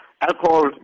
alcohol